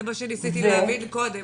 זה מה שניסיתי להבין קודם,